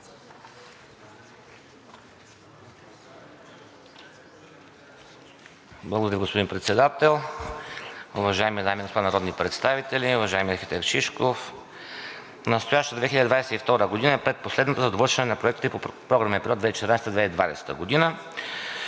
Благодаря, господин Председател. Уважаеми дами и господа народни представители! Уважаеми архитект Шишков, настоящата 2022 г. е предпоследната за довършване на проектите от програмния период 2014 – 2020 г.